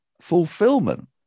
fulfillment